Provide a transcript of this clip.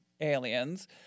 aliens